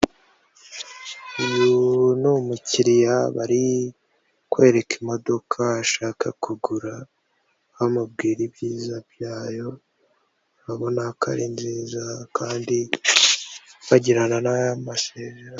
Uyu ni umukiriya bari kwereka imodoka ashaka kugura, bamubwira ibyiza byayo urabona ko ari nziza, kandi bagirana n'aya masezerano.